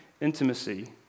intimacy